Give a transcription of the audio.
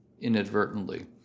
inadvertently